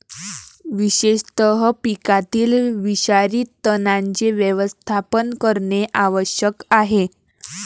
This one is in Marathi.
विशेषतः पिकातील विषारी तणांचे व्यवस्थापन करणे आवश्यक आहे